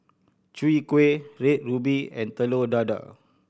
Chwee Kueh Red Ruby and Telur Dadah